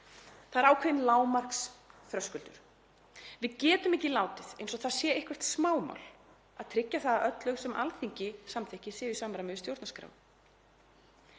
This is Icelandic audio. það er ákveðinn lágmarksþröskuldur. Við getum ekki látið eins og það sé eitthvert smámál að tryggja að öll lög sem Alþingi samþykkir séu í samræmi við stjórnarskrá.